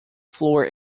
floor